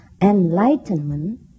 Enlightenment